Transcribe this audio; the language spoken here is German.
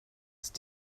ist